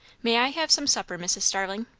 may i have some supper, mrs. starling?